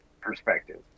perspective